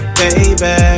baby